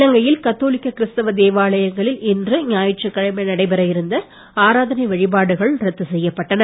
இலங்கையில் கத்தோலிக்க கிறிஸ்தவ தேவாலயங்களில் இன்று ஞாயிற்றுக்கிழடை நடைபெற இருந்த ஆராதனை வழிபாடுகள் ரத்து செய்யப்பட்டன